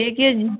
କିଏ କିଏ ଯିବା